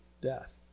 death